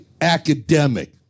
academic